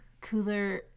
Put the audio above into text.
Cooler